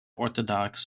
orthodox